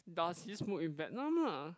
does he smoke in Vietnam lah